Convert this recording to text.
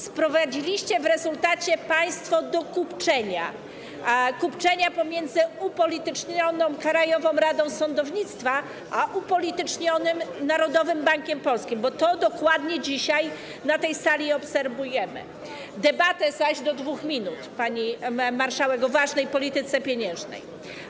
Sprowadziliście w rezultacie państwo do kupczenia, kupczenia pomiędzy upolitycznioną Krajową Radą Sądownictwa a upolitycznionym Narodowym Bankiem Polskim, bo to dzisiaj na tej sali dokładnie obserwujemy, debatę zaś do 2 minut, pani marszałek, o ważnej polityce pieniężnej.